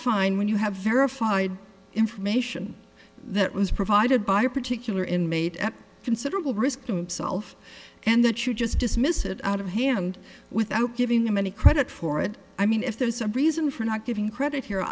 fine when you have verified information that was provided by a particular inmate at considerable risk to himself and that you just dismiss it out of hand without giving him any credit for it i mean if there is a reason for not giving credit here